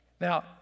Now